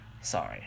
Sorry